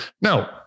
Now